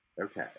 Okay